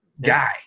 guy